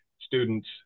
students